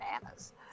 bananas